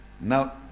Now